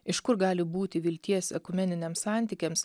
iš kur gali būti vilties ekumeniniams santykiams